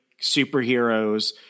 superheroes